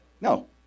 No